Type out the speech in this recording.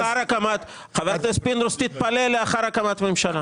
חבר הכנסת פינדרוס, תתפלא, לאחר הקמת ממשלה.